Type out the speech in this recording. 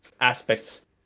aspects